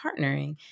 partnering